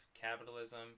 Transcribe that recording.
capitalism